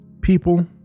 People